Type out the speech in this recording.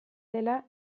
dela